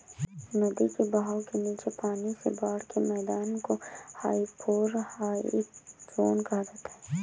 नदी के बहाव के नीचे पानी से बाढ़ के मैदान को हाइपोरहाइक ज़ोन कहा जाता है